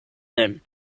them